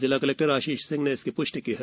जिला कलेक्टर आशीष सिंह ने इसकी प्ष्टि की है